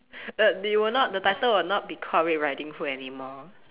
err they will not the title will not be called red riding hood anymore